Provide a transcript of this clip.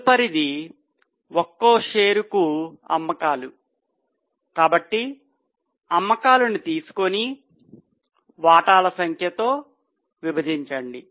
తదుపరిది ఒక్కో షేరుకు అమ్మకాలు కాబట్టి అమ్మకాలను తీసుకొని వాటాల సంఖ్యతో విభజించండి